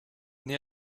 née